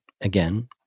again